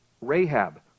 Rahab